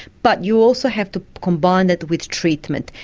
but you also have to combine that with treatment.